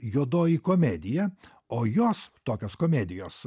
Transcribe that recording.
juodoji komedija o jos tokios komedijos